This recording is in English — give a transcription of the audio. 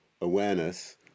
awareness